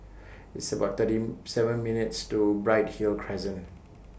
It's about thirty seven minutes' to Bright Hill Crescent